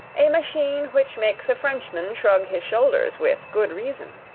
a machine which makes a frenchman shrug his shoulders with good reason.